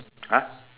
!huh!